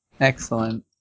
Excellent